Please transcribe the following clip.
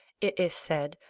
it is said,